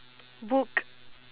book